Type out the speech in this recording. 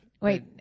Wait